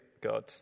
god